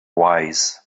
wise